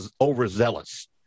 overzealous